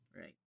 right